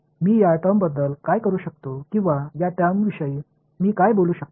मी या टर्मबद्दल काय करू शकतो किंवा या टर्मविषयी मी काय बोलू शकतो